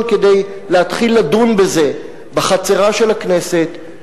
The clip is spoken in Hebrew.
כדי להתחיל לדון בזה בחצרה של הכנסת,